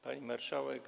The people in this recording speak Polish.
Pani Marszałek!